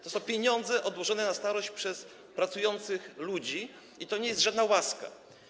To są pieniądze odłożone na starość przez pracujących ludzi, to nie jest żadna łaska.